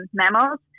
mammals